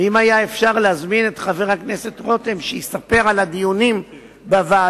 ואם היה אפשר להזמין את חבר הכנסת רותם שיספר על הדיונים בוועדה,